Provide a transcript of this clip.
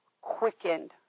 quickened